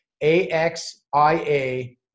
A-X-I-A